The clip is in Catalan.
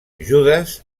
judes